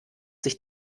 sich